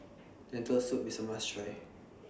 Lentil Soup IS A must Try